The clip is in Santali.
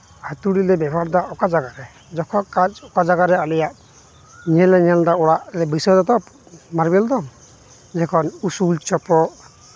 ᱦᱟᱹᱛᱩᱲᱤ ᱞᱮ ᱵᱮᱵᱚᱦᱟᱨᱮᱫᱟ ᱚᱠᱟ ᱡᱟᱭᱜᱟᱨᱮ ᱡᱚᱠᱷᱚᱡ ᱠᱟᱡᱽ ᱚᱠᱟ ᱡᱟᱭᱜᱟᱨᱮ ᱟᱞᱮᱭᱟᱜ ᱤᱭᱟᱹᱞᱮ ᱧᱮᱞᱮᱫᱟ ᱚᱲᱟᱜ ᱞᱮ ᱵᱟᱹᱭᱥᱟᱹᱣ ᱫᱟᱛᱚ ᱢᱟᱨᱵᱮᱞ ᱫᱚ ᱡᱚᱠᱷᱚᱱ ᱩᱥᱩᱞ ᱪᱷᱮᱯᱚ